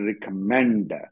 recommend